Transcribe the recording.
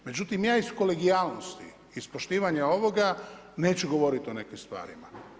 Međutim, ja iz kolegijalnosti, iz poštivanja ovoga neću govoriti o nekim stvarima.